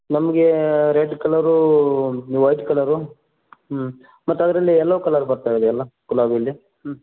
ನಮಗೆ ರೆಡ್ ಕಲರೂ white colour ಹ್ಞೂ ಮತ್ತೆ ಅದರಲ್ಲಿ ಎಲ್ಲೊ ಕಲರ್ ಬರ್ತಯಿದೆಯಲ್ಲ ಗುಲಾಬಿಯಲ್ಲಿ ಹ್ಞೂ